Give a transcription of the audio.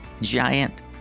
giant